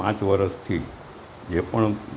પાંચ વર્ષથી જે પણ